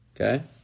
Okay